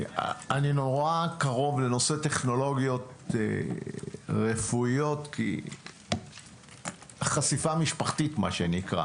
אני נורא קרוב לנושא של טכנולוגיות רפואיות בגלל המשפחה.